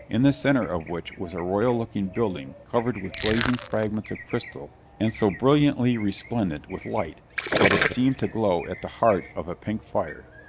in the center of which was a royal looking building covered with blazing fragments of crystal and so brilliantly resplendent with light that it seemed to glow at the heart of a pink fire.